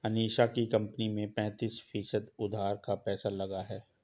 अनीशा की कंपनी में पैंतीस फीसद उधार का पैसा लगा है